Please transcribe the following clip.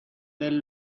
del